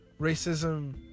racism